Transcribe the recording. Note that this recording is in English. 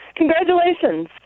Congratulations